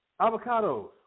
avocados